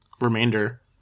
remainder